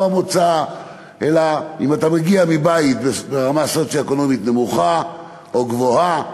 אלא אם אתה מגיע מבית ברמה סוציו-אקונומית נמוכה או גבוהה,